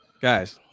Guys